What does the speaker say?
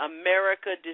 America